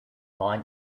mind